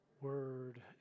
word